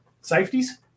Safeties